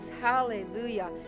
hallelujah